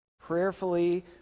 prayerfully